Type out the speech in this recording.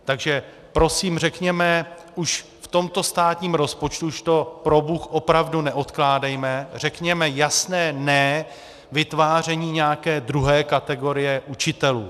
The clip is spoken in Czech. Takže prosím řekněme už v tomto státním rozpočtu, už to probůh opravdu neodkládejme, řekněme jasné ne vytváření nějaké druhé kategorie učitelů.